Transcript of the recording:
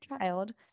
child